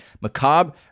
macabre